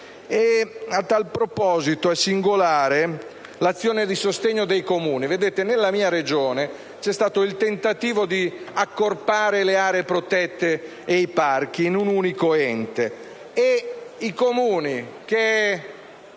A tal proposito, è singolare l'azione di sostegno dei Comuni. Nella mia Regione c'è stato il tentativo di accorpare le aree protette e i parchi in un unico ente